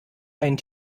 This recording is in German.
einen